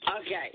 Okay